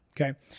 okay